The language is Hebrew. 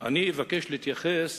ואבקש להתייחס